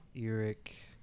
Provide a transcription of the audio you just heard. Eric